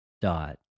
dot